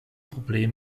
problem